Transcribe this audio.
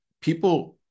people